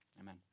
Amen